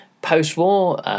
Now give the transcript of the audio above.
Post-war